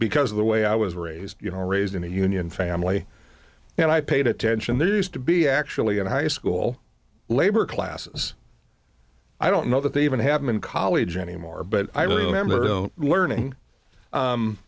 because of the way i was raised you know raised in a union family and i paid attention there used to be actually in high school labor classes i don't know that they even have him in college anymore but i